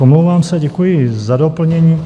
Omlouvám se, děkuji za doplnění.